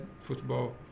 football